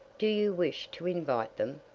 do you wish to invite them?